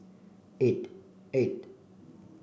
eight eight